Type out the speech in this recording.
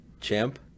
Chimp